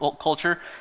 culture